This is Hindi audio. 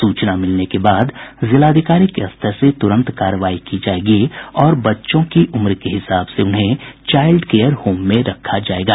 सूचना मिलने के बाद जिलाधिकारी के स्तर से तुरंत कार्रवाई की जायेगी और बच्चों की उम्र के हिसाब से उन्हें चाइल्ड केयर होम में रखा जायेगा